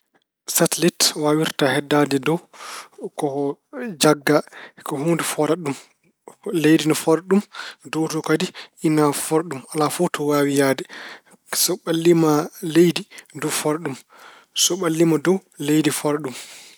Sallit waawirta heddaade dow ko ko jannga, ko huunde fooɗata ɗum. Leydi ina fooɗa ɗum, dow to kadi ina fooɗa ɗum, alaa fof to waawi yahde. So ɓalliima leydi, dow fooɗa ɗum, so ɓalliima dow, leydi fooɗa ɗum.